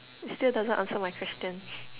it still doesn't answer my question